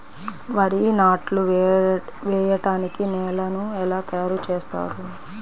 వరి నాట్లు వేయటానికి నేలను ఎలా తయారు చేస్తారు?